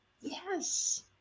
Yes